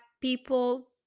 people